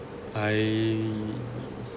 I